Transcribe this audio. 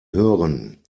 hören